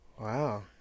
Wow